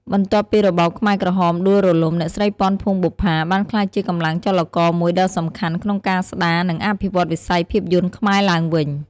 បន្ទាប់ពីរបបខ្មែរក្រហមដួលរលំ អ្នកស្រី ពាន់ ភួងបុប្ផា បានក្លាយជាកម្លាំងចលករមួយដ៏សំខាន់ក្នុងការស្ដារ និងអភិវឌ្ឍវិស័យភាពយន្តខ្មែរឡើងវិញ។